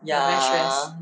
ya